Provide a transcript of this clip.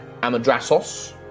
Amadrasos